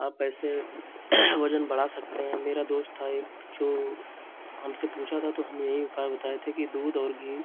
आप ऐसे वज़न बढ़ा सकते हैं मेरा दोस्त था एक जो हमसे पूछा था तो हम यही उपाय बताए थे कि दूध और घी